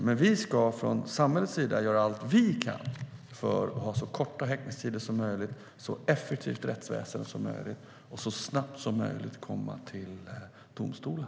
Men vi ska från samhällets sida göra allt vi kan för att se till att ha så korta häktningstider och ett så effektivt rättsväsen som möjligt och att man så snabbt som möjligt komma till domstolen.